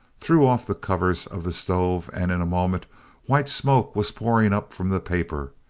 threw off the covers of the stove, and in a moment white smoke was pouring up from the paper,